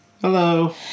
Hello